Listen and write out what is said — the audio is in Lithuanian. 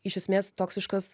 iš esmės toksiškas